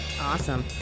Awesome